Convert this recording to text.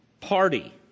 party